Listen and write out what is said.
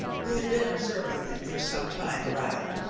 who had been observing them for some time, arrived.